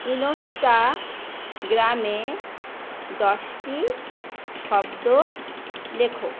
ইনস্টাগ্রামে দশটি শব্দ লেখো